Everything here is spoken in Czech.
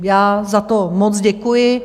Já za to moc děkuji.